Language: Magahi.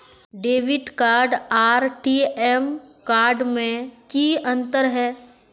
डेबिट कार्ड आर टी.एम कार्ड में की अंतर है?